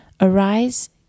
Arise